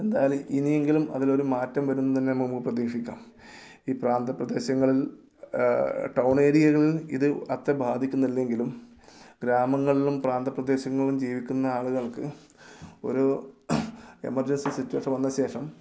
എന്തായാലും ഇനിയെങ്കിലും അതിനൊരു മാറ്റം വരും എന്ന് തന്നെ നമുക്ക് പ്രതീക്ഷിക്കാം ഈ പ്രാന്ത പ്രദേശങ്ങളിൽ ടൗൺ ഏരിയകളിൽ ഇത് അത്ര ബാധിക്കുന്നില്ലെങ്കിലും ഗ്രാമങ്ങളിലും പ്രാന്ത പ്രദേശങ്ങളിലും ജീവിക്കുന്ന ആളുകൾക്ക് ഒരു എമർജൻസി സിറ്റുവേഷൻ വന്നതിന് ശേഷം